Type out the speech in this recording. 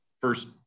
first